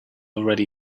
already